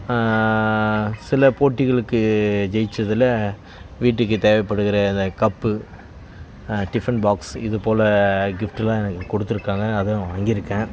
சில போட்டிகளுக்கு ஜெயிச்சதில் வீட்டுக்கு தேவைப்படுகிற இந்த கப்பு டிஃபன் பாக்ஸு இதுபோல் கிஃப்ட்டுலாம் எனக்கு கொடுத்துருக்காங்க அதுவும் வாங்கியிருக்கேன்